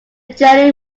journey